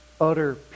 utter